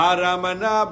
Aramana